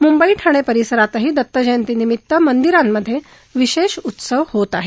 मुंबई ठाणे परिसरातही दत्तजयंतीनिमित्त मंदिरांमधे विशेष उत्सव होत आहेत